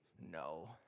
No